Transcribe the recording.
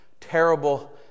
Terrible